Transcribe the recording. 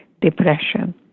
depression